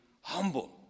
Humble